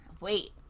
Wait